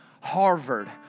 Harvard